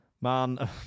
Man